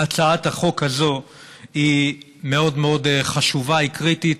הצעת החוק הזו היא מאוד מאוד חשובה, היא קריטית.